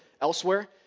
elsewhere